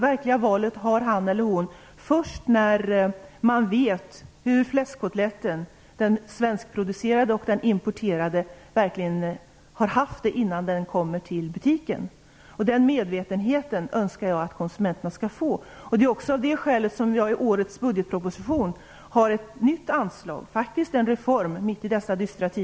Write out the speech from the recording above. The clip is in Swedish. Det har konsumenterna först när de vet hur den svenskproducerade och den importerade fläskkotletten har haft det innan den kommer till butiken. Den medvetenheten önskar jag att konsumenterna skall få. Det är av det skälet som jag i årets budgetproposition har ett nytt anslag, en reform i dessa dystra tider.